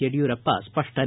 ಯಡಿಯೂರಪ್ಪ ಸ್ಪಷ್ಟನೆ